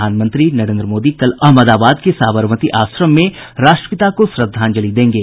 प्रधानमंत्री नरेन्द्र मोदी कल अहमदाबाद के साबरमती आश्रम में राष्ट्रपिता को श्रद्वांजलि देंगे